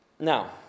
Now